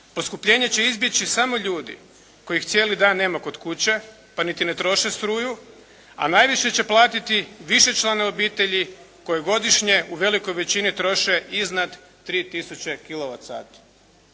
Poskupljenje će izbjeći samo ljudi kojih cijeli dan nema kod kuće pa niti ne troše struju, a najviše će platiti višečlane obitelji koje godišnje u velikoj većini troše iznad 3